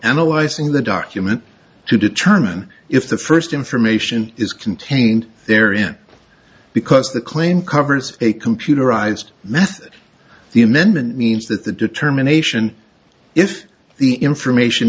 analyzing the document to determine if the first information is contained therein because the claim covers a computerized method the amendment means that the determination if the information